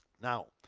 now,